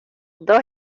dos